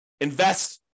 invest